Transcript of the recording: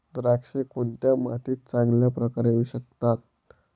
द्राक्षे कोणत्या मातीत चांगल्या प्रकारे येऊ शकतात?